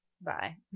Bye